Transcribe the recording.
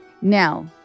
Now